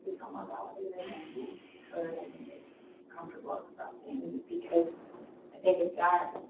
um ah validated and and heard and comfortable ah expressing because maybe that